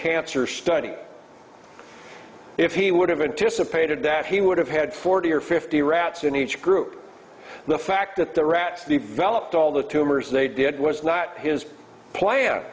cancer study if he would have anticipated that he would have had forty or fifty rats in each group the fact that the rats the validate all the tumors they did was not his plan